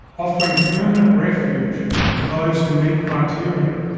offering permanent refuge to those who meet criteria